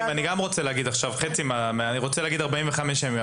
שנדע --- אני גם רוצה להגיד עכשיו חצי אני רוצה להגיד 45 ימים.